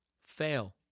fail